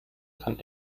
kann